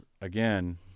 again